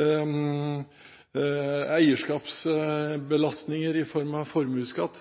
eller eierskapsbelastninger i form av formuesskatt